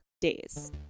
days